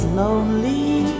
lonely